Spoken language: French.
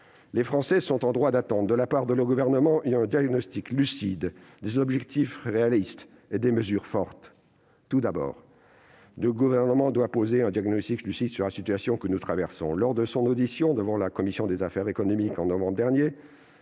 Les Français sont en droit d'attendre, de la part de leur gouvernement, un diagnostic lucide, des objectifs réalistes et des mesures fortes. Tout d'abord, le Gouvernement doit poser un diagnostic lucide sur la situation que nous traversons. Lors de son audition devant la commission des affaires économiques, en novembre dernier,